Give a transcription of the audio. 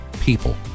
people